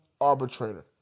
arbitrator